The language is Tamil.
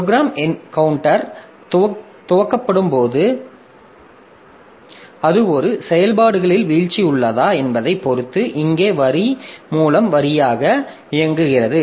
ப்ரோக்ராம் கவுண்டர் துவக்கப்படும்போது அது ஒரு செயல்பாடுகளில் வீழ்ச்சி உள்ளதா என்பதைப் பொறுத்து இங்கே வரி மூலம் வரியாக இயக்குகிறது